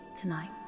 tonight